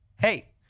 hey